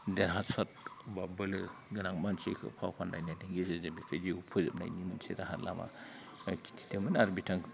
देरहासाद बा बोलो गोनां मानसिखो फाव फान्दायनायनि गेजेरजों जिउ फोजोबनायनि मोनसे राहा लामा खिन्थादोंमोन बिथांखौ